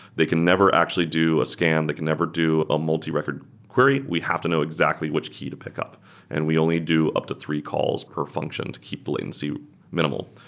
they can never actually do a scan. they can never do a multi record query. we have to know exactly which key to pick up and we only do up to three calls per function to keep the latency minimal.